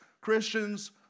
Christians